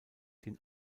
den